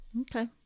Okay